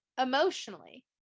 emotionally